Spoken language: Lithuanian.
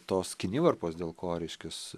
tos kinivarpos dėl ko reiškias